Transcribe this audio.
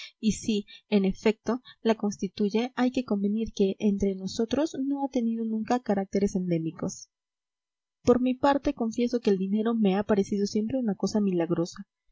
y si en efecto la constituye hay que convenir que entre nosotros no ha tenido nunca caracteres endémicos por mi parte confieso que el dinero me ha parecido siempre una cosa milagrosa